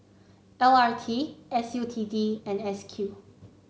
L R T S U T D and S Q